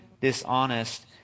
dishonest